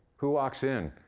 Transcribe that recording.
who walks in?